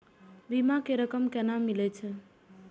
बीमा के रकम केना मिले छै?